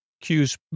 Q's